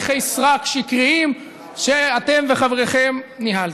הליכי סרק שקריים שאתם וחבריכם ניהלתם.